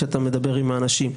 כשאתה מדבר עם האנשים.